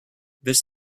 this